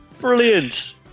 Brilliant